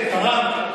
כן, תרמת.